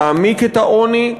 יעמיק את העוני,